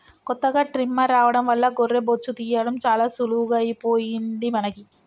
కొత్తగా ట్రిమ్మర్ రావడం వల్ల గొర్రె బొచ్చు తీయడం చాలా సులువుగా అయిపోయింది మనకి